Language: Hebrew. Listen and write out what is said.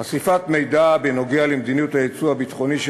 חשיפת מידע בנוגע למדיניות היצוא הביטחוני של